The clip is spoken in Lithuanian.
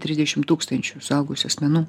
trisdešim tūkstančių suaugusių asmenų